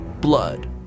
blood